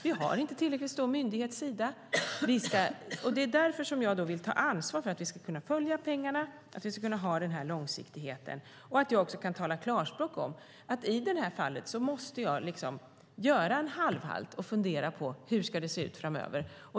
Vi har inte en tillräckligt stor myndighet, Sida. Det är därför som jag vill ta ansvar för att vi ska kunna följa pengarna och att vi ska kunna ha den här långsiktigheten. Det handlar också om att jag kan tala klarspråk. I det här fallet måste jag göra en halvhalt och fundera på hur det ska se ut framöver.